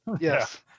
Yes